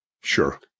Sure